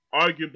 Arguably